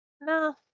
No